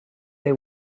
they